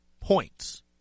points